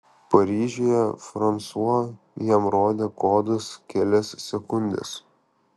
paryžiuje fransua jam rodė kodus kelias sekundes